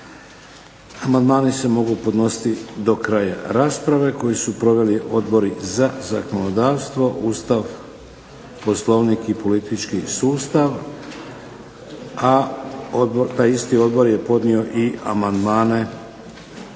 Amandmani se mogu podnositi do kraja rasprave koju su proveli Odbor za zakonodavstvo, Ustav, Poslovnik i politički sustav, a taj isti odbor je podnio amandmane